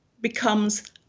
becomes